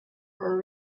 her